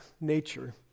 nature